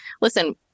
listen